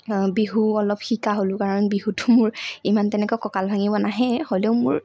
বিহু অলপ শিকা হ'লো কাৰণ বিহুটো মোৰ ইমান তেনেকুৱা কঁকাল ভাঙিব নাহেই হ'লেও মোৰ